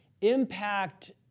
impact